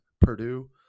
Purdue